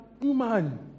human